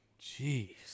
Jeez